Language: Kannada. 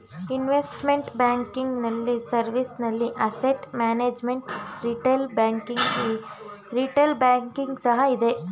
ಇನ್ವೆಸ್ಟ್ಮೆಂಟ್ ಬ್ಯಾಂಕಿಂಗ್ ನಲ್ಲಿ ಸರ್ವಿಸ್ ನಲ್ಲಿ ಅಸೆಟ್ ಮ್ಯಾನೇಜ್ಮೆಂಟ್, ರಿಟೇಲ್ ಬ್ಯಾಂಕಿಂಗ್ ಸಹ ಇದೆ